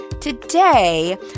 Today